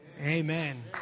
Amen